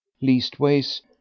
leastways